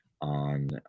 on